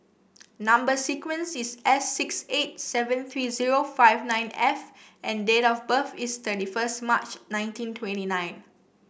number sequence is S six eight seven three zero five nine F and date of birth is thirty first March nineteen twenty nine